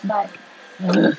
but